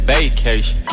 Vacation